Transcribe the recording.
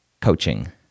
coaching